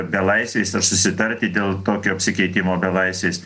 belaisviais ar susitarti dėl tokio apsikeitimo belaisviais